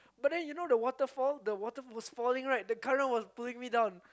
but then you know the waterfall the water was falling right the current was pulling me down